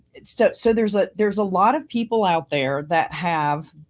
so so there's ah there's a lot of people out there that have